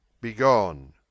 Begone